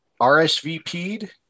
RSVP'd